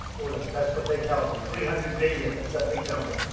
who knows. that's what they tell me. three hundred billion. that's a big number.